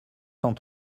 cent